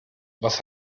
was